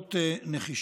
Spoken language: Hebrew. לגלות נחישות.